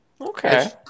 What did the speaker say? Okay